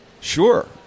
Sure